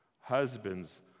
husbands